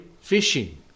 fishing